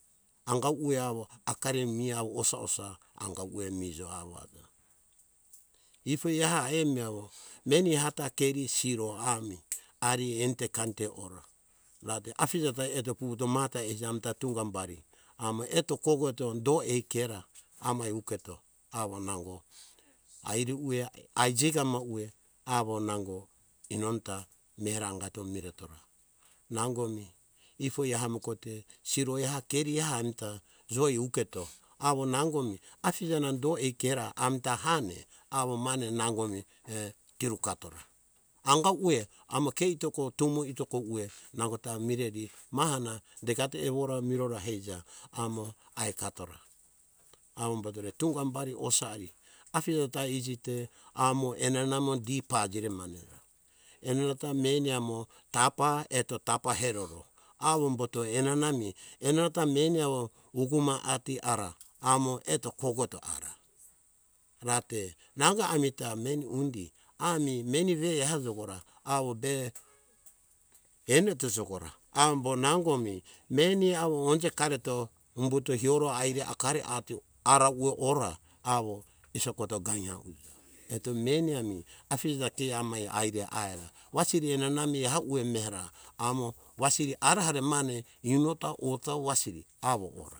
Anga ueh awo akarimi mea osa osa anga ueh mijo naja. Ifo eha emi awo meni eha ta keri siro ami ari enite kanite ora rate afija ta eto vuvuto maha ta amita tunga humbari amo eto koko eto do ekera amai uketo awo nango are ueh ai jikama ueh awo nango inonota mera angato miretora. Nango mi ifo eha emikote siro eha keri eha amita joi uketo awo nango mi afija na do ekera amita hane awo mane nango mi eh pirukatora anga ueh amo ke itoko tumo itoko ueh nangota mireri evi maha na dekato evora mirora hija amo aikatora. Avumbotore tunga bari osa ari afija iji te amo enana amo di pajire manera enana ta meni amo tapa eto, tapa eroro. avomboto enana emi enanata meni awo guma ati ara, amo eto koko eto ara rate nango amita meni undi ami meni ve eha jokora awo be eni eto jokora awombo nango mi meni awo onje kareto umbuto hioro ari akari atora ara ueh ora awo isokoto surumane uja.